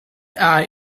eye